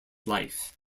life